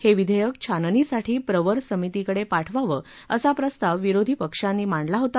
हे विधेयक छाननीसाठी प्रवर समितीकडे पाठवावं असा प्रस्ताव विरोधी पक्षांनी मांडला होता